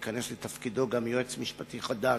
ייכנס לתפקידו גם יועץ משפטי חדש,